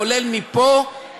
כולל מפה,